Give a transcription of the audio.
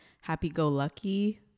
happy-go-lucky